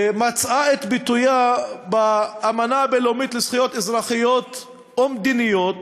והיא מצאה את ביטויה באמנה הבין-לאומית לזכויות אזרחיות ומדיניות,